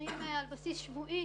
מתקשרים על בסיס שבועי